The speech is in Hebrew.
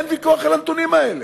אין ויכוח על הנתונים האלה.